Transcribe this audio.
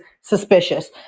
suspicious